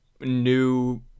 new